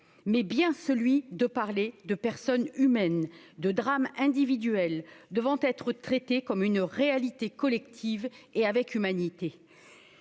mais bien celui de parler de personnes humaines de drames individuels devant être comme une réalité collective et avec humanité,